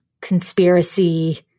conspiracy